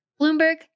Bloomberg